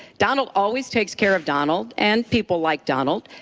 donald always takes care of donald and people like donald.